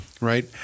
right